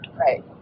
Right